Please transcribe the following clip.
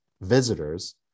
visitors